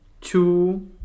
two